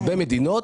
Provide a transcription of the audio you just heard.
בהרבה מדינות